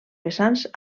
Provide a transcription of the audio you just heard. vessants